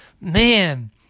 man